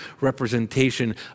representation